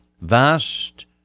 vast